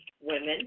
women